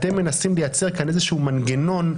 אתם מנסים לייצר כאן איזשהו מנגנון,